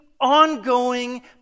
ongoing